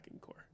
core